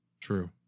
True